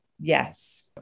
Yes